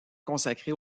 consacrée